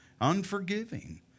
unforgiving